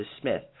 smith